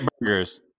burgers